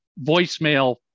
voicemail